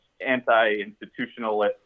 anti-institutionalist